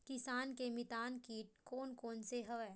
किसान के मितान कीट कोन कोन से हवय?